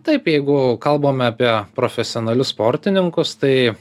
taip jeigu kalbame apie profesionalius sportininkus tai